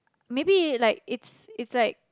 maybe like it's it's like